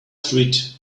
street